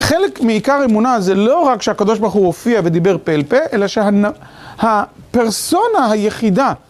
חלק מעיקר אמונה זה לא רק שהקדוש ברוך הוא הופיע ודיבר פה אל פה, אלא שהפרסונה היחידה